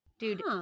Dude